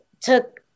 took